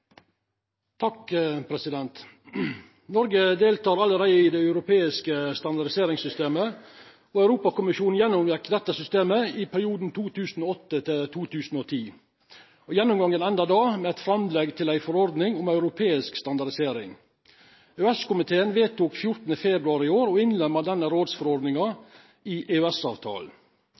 i det europeiske standardiseringssystemet. Europakommisjonen gjennomgjekk dette systemet i perioden 2008–2010. Gjennomgangen enda då med eit framlegg til ei forordning om europeisk standardisering. EØS-komiteen vedtok 14. februar i år å innlemma denne rådsforordninga i